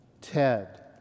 Ted